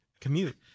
commute